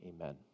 Amen